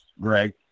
Greg